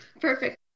Perfect